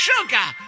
Sugar